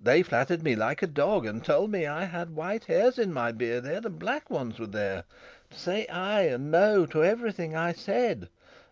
they flattered me like a dog and told me i had white hairs in my beard ere the black ones were there. to say ay and no to everything i said